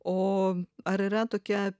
o ar yra tokia